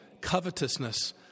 covetousness